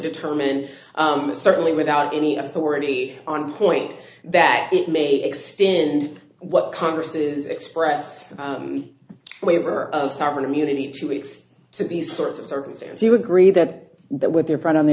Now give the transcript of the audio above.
determine certainly without any authority on point that it may extend what congress's express waiver of sovereign immunity two weeks to the sorts of circumstance you agree that that with their front on the